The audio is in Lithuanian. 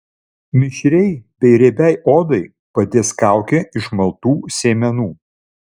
mišriai bei riebiai odai padės kaukė iš maltų sėmenų